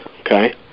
Okay